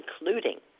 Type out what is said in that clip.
including